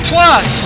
Plus